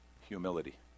Humility